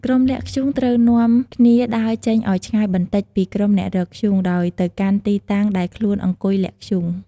ក្រុមលាក់ធ្យូងត្រូវនាំគ្នា ដើរចេញឲ្យឆ្ងាយបន្តិច ពីក្រុមអ្នករកធ្យូង ដោយទៅកាន់ទីតាំងដែលខ្លួនអង្គុយលាក់ធ្យូង។